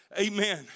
amen